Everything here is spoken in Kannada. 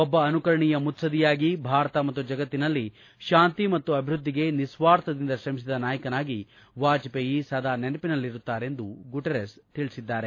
ಒಬ್ಬ ಅನುಕರಣೀಯ ಮುತ್ಲದ್ದಿಯಾಗಿ ಭಾರತ ಮತ್ತು ಜಗತ್ತಿನಲ್ಲಿ ಶಾಂತಿ ಮತ್ತು ಅಭಿವೃದ್ದಿಗೆ ನಿಸ್ವಾರ್ಥದಿಂದ ಶ್ರಮಿಸಿದ ನಾಯಕನಾಗಿ ವಾಜಪೇಯಿ ಸದಾ ನೆನಪಿನಲ್ಲಿರುತ್ತಾರೆಂದು ಗುಟೆರಸ್ ತಿಳಿಸಿದ್ದಾರೆ